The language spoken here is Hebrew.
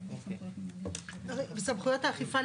סמכויות האכיפה,